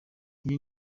iyi